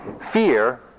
Fear